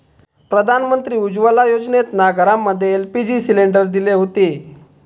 प्रधानमंत्री उज्ज्वला योजनेतना घरांमध्ये एल.पी.जी सिलेंडर दिले हुते